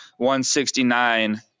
169